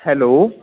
hello